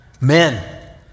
men